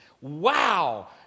Wow